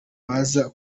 baza